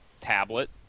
tablet